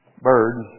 birds